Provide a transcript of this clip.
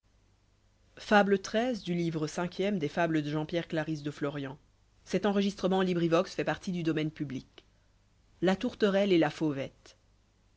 fable xiii la tourterelle et la fauvette